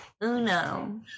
Uno